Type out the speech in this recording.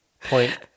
Point